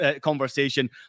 conversation